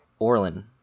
Orlin